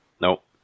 Nope